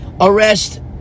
arrest